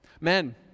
Men